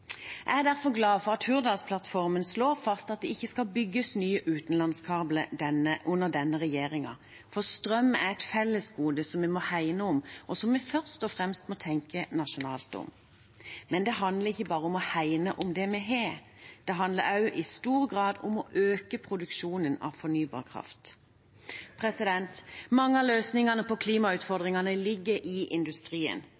Jeg er derfor glad for at Hurdalsplattformen slår fast at det ikke skal bygges nye utenlandskabler under denne regjeringen. Strøm er et felles gode som vi skal hegne om, og som vi først og fremst må tenke nasjonalt om. Men det handler ikke bare om å hegne om det vi har. Det handler også i stor grad om å øke produksjonen av fornybar kraft. Mange av løsningene på